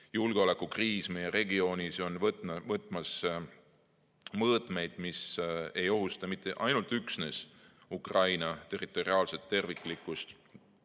julgeolekukriis meie regioonis on võtmas mõõtmeid, mis ei ohusta mitte üksnes Ukraina territoriaalset terviklikkust,